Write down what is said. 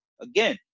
again